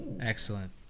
Excellent